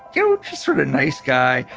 you know just sort of nice guy.